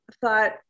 Thought